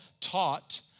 taught